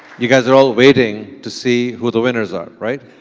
you guys are all waiting to see who the winners are, right?